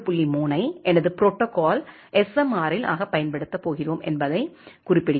3 ஐ எனது protocol smrl ஆகப் பயன்படுத்தப் போகிறோம் என்பதைக் குறிப்பிடுகிறோம்